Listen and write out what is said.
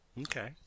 Okay